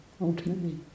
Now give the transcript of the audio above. ultimately